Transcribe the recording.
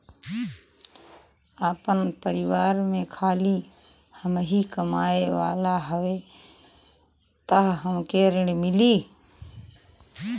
आपन परिवार में खाली हमहीं कमाये वाला हई तह हमके ऋण मिली?